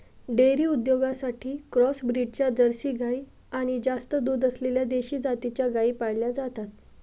dairy उद्योगासाठी cross ब्रीडच्या Jersey गाई आणि जास्त दूध असलेल्या देशी जातीच्या गायी पाळल्या जातात